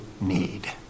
need